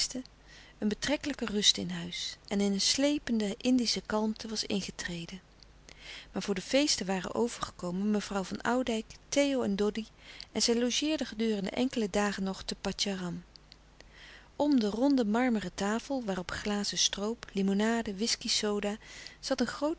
een betrekkelijke rust in huis en eene slepende indische kalmte was ingetreden maar voor de feesten waren overgekomen mevrouw van oudijck theo en doddy en zij logeerden gedurende enkele dagen nog te patjaram om de louis couperus de stille kracht ronde marmeren tafel waarop glazen stroop limonade whiskey soda zat een groote